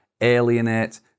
alienate